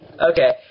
okay